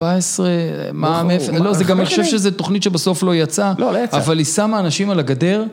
17.. מה.. לא זה גם אני חושב שזה תוכנית שבסוף לא יצאה, אבל היא שמה אנשים על הגדר